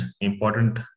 important